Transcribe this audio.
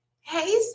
Hey